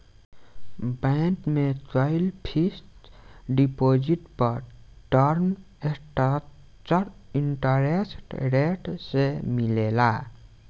bank में कईल fixed deposit पर टर्म स्ट्रक्चर्ड इंटरेस्ट रेट से मिलेला